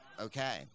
Okay